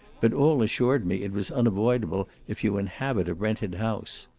but all assured me it was unavoidable, if you inhabit a rented house.